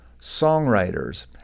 songwriters